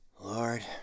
Lord